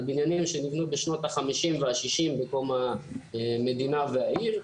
בניינים שנבנו בשנות ה-50 וה-60 בקום המדינה ועיר.